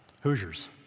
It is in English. Hoosiers